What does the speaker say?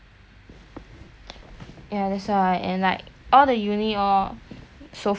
ya that's right and like all the uni all so far away so I scared I cannot cope